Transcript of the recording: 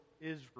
Israel